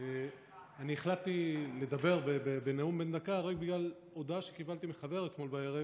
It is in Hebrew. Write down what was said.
אני החלטתי לדבר בנאום בן דקה רק בגלל הודעה שקיבלתי מחבר אתמול בערב,